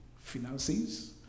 finances